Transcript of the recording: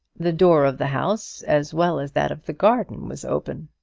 the door of the house, as well as that of the garden, was open.